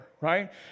right